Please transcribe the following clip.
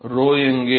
மாணவர் 𝞺 எங்கே